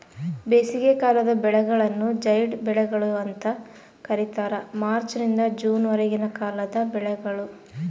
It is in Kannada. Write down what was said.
ಬೇಸಿಗೆಕಾಲದ ಬೆಳೆಗಳನ್ನು ಜೈಡ್ ಬೆಳೆಗಳು ಅಂತ ಕರೀತಾರ ಮಾರ್ಚ್ ನಿಂದ ಜೂನ್ ವರೆಗಿನ ಕಾಲದ ಬೆಳೆಗಳು